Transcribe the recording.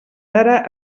ara